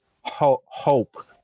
hope